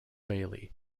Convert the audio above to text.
bailey